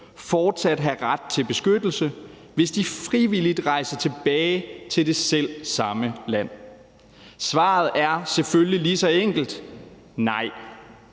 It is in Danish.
fortsat skal have ret til beskyttelse, hvis de frivilligt rejser tilbage til det selv samme land. Svaret er selvfølgelig enkelt, nemlig nej.